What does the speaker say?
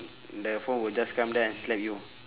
the phone will just come there and slap you